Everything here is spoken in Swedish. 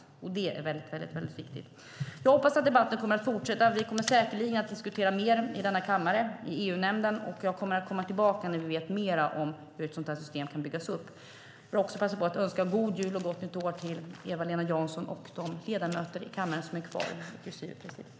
Det är väldigt viktigt. Jag hoppas att debatten kommer att fortsätta. Vi kommer säkerligen att diskutera mer i denna kammare och i EU-nämnden. Och jag kommer att komma tillbaka när vi vet mer om hur ett sådant här system kan byggas upp. Jag vill också passa på att önska Eva-Lena Jansson, de ledamöter som är kvar i kammaren och presidiet god jul och gott nytt år.